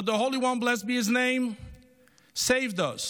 but the holy one, blessed be his name, saved us.